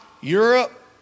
Europe